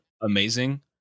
amazing